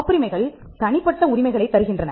காப்புரிமைகள் தனிப்பட்ட உரிமைகளைத் தருகின்றன